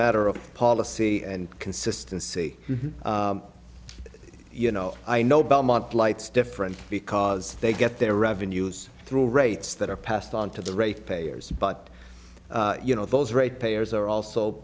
matter of policy and consistency you know i know belmont lights different because they get their revenues through rates that are passed on to the rate payers but you know those rate payers are also